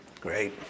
Great